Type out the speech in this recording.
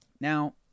Now